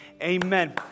Amen